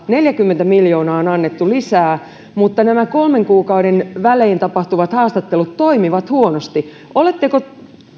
neljäkymmentä miljoonaa on annettu lisää mutta nämä kolmen kuukauden välein tapahtuvat haastattelut toimivat huonosti oletteko